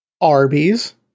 Arby's